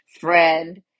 friend